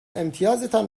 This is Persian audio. امتیازتان